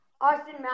Austin